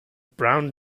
brown